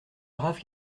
brave